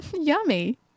Yummy